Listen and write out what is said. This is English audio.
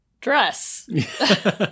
dress